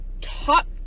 top